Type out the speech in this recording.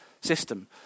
system